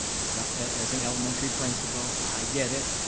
as ah as an elementary principle i get it.